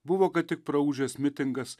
buvo ką tik praūžęs mitingas